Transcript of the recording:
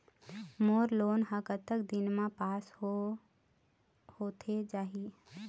मोर loan हा कतक दिन मा पास होथे जाही?